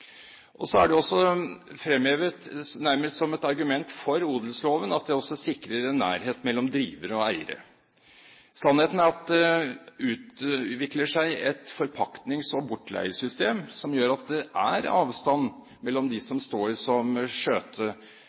er også fremhevet nærmest som et argument for odelsloven at den også sikrer en nærhet mellom drivere og eiere. Sannheten er at det utvikler seg et forpaktnings- og bortleiesystem som gjør at det er avstand mellom de som står som